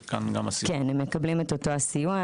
כן, הם מקבלים את אותו הסיוע.